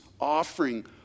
offering